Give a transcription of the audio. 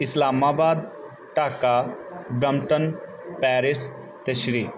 Islamabad Dhaka Brampton Paris ਅਤੇ ਸ੍ਰੀ